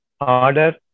order